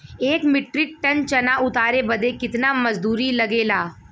एक metric ton चना उतारे बदे कितना मजदूरी लगे ला?